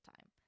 time